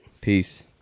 peace